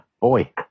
Boy